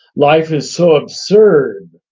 life is so absurd,